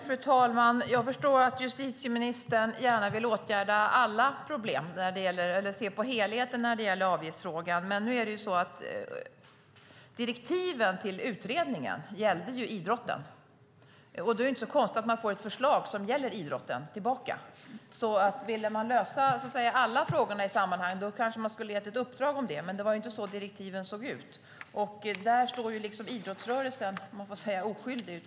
Fru talman! Jag förstår att justitieministern gärna vill åtgärda alla problem och se på helheten när det gäller avgiftsfrågan, men direktiven till utredningen gällde ju idrotten. Då är det inte så konstigt att man får ett förslag som gäller idrotten tillbaka. Ville man lösa alla frågorna i sammanhanget kanske man skulle ha gett det uppdraget, men det var inte så direktiven såg ut. Där är idrottsrörelsen oskyldig.